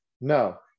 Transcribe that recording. No